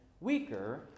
weaker